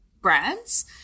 brands